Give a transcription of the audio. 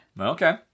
Okay